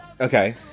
Okay